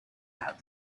out